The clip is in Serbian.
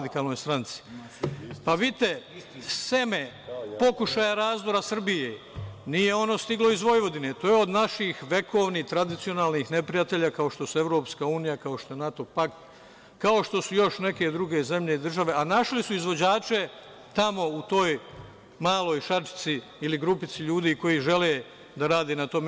Vidite, seme pokušaja razdora Srbije, nije stiglo iz Vojvodine, to je od naših vekovnih, tradicionalnih neprijatelja, kao što su EU, kao što je NATO-pakt, kao što su još neke druge zemlje, države, a našli su izvođače tamo u toj maloj šačici ili grupici ljudi koji žele da rade na tome.